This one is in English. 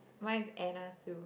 mine is Anna Sue